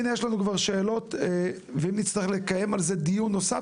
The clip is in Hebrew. הנה יש לנו כאן שאלות ואם נצטרך לקיים על זה דיון נוסף,